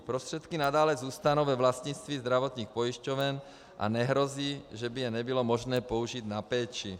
Prostředky nadále zůstanou ve vlastnictví zdravotních pojišťoven a nehrozí, že by je nebylo možné použít na péči.